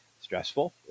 stressful